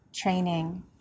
Training